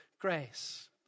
grace